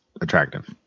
attractive